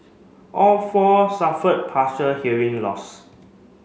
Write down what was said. all four suffered partial hearing loss